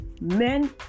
men